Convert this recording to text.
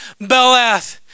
Belath